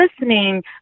listening